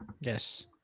Yes